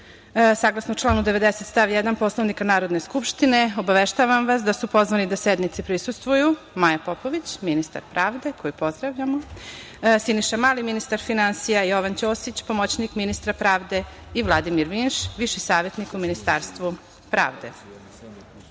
porezu. Saglasno članu 90. stav 1. Poslovnika Narodne skupštine, obaveštavam vas da su pozvani da sednici prisustvuju Maja Popović, ministar pravde, koju pozdravljamo, Siniša Mali, ministar finansija, Jovan Ćosić, pomoćnik ministra pravde i Vladimir Vinš, viši savetnik u Ministarstvu